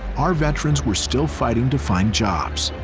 our veterans were still fighting to find jobs.